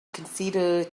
consider